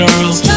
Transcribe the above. Girls